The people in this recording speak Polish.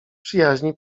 przyjaźni